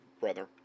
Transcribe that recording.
brother